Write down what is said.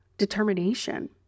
determination